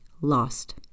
lost